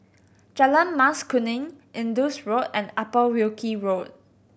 Jalan Mas Kuning Indus Road and Upper Wilkie Road